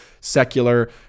secular